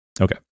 Okay